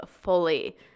fully